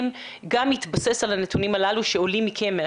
גם מתבסס על הנתונים הללו שעולים מכם,